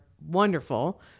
Wonderful